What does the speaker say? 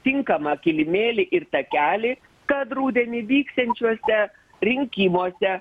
tinkamą kilimėlį ir takelį kad rudenį vyksiančiuose rinkimuose